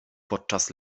podczas